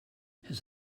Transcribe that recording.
his